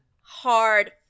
Hard